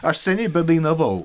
aš senai bedainavau